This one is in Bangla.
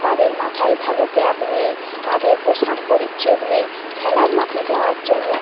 তাদের মাথায় ভালো ক্যাপ নেই তাদের পোশাক পরিচ্ছদ নেই খেলার মাঠে যাওয়ার জন্য